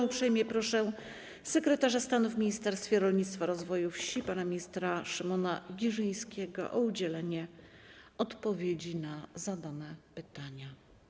Uprzejmie proszę sekretarza stanu w Ministerstwie Rolnictwa i Rozwoju Wsi pana ministra Szymona Giżyńskiego o udzielenie odpowiedzi na zadane pytania.